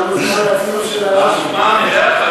אתה מוזמן,